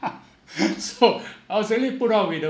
so I was really put out with the